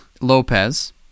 Lopez